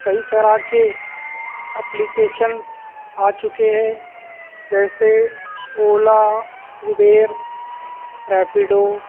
کئی طرح کے اپلیکیشنس آ چکے ہے جیسے اولا اوبیر ریپیڈو